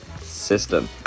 system